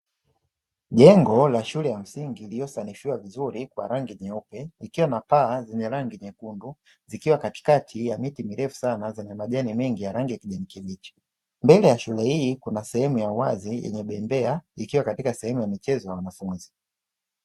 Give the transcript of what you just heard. Jengo la shule ya msingi lililosanifiwa vizuri kwa rangi nyeupe, ikiwa na paa zenye rangi nyekundu, zikiwa katikati ya miti mirefu sana yenye majani mengi ya rangi ya kujani kibichi. Mbele ya shule hii kuna sehemu ya uwazi yenye bembea ikiwa katika sehemu ya michezo ya wanafunzi.